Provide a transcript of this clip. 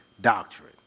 doctrine